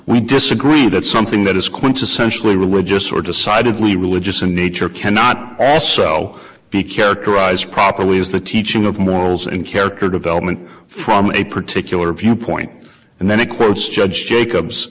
we disagreed at something that is quintessentially religious or decidedly religious in nature cannot also be characterized properly as the teaching of morals and character development from a particular viewpoint and then of course judge jacobs